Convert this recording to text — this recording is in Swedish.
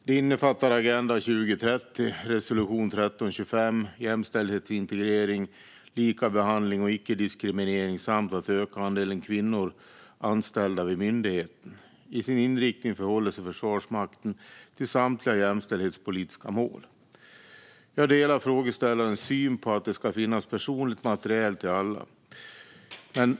Det innefattar Agenda 2030, resolution 1325, jämställdhetsintegrering, likabehandling och icke-diskriminering samt att öka andelen kvinnor anställda vid myndigheten. I sin inriktning förhåller sig Försvarsmakten till samtliga jämställdhetspolitiska mål. Jag delar frågeställarens syn på att det ska finnas personlig materiel till alla.